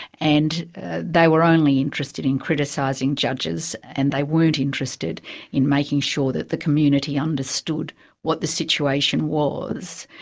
and they were only interested in criticising judges and they weren't interested in making sure that the community understood what the situation was.